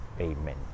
Amen